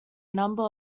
number